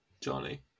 Johnny